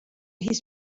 his